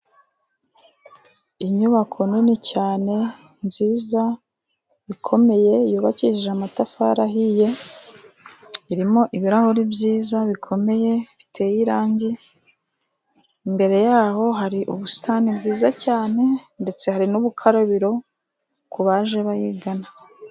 Inyubako nini cyane, nziza, ikomeye, yubakishije amatafari ahiye, irimo ibirahuri byiza bikomeye biteye irangi, imbere yaho hari ubusitani bwiza cyane, ndetse hari n'urukarabiro ku baje bayigana.